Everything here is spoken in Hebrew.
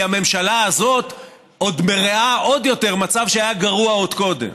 כי הממשלה הזאת מרעה עוד יותר מצב שהיה גרוע עוד קודם,